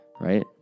right